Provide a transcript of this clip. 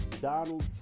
Donald